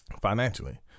financially